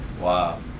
Wow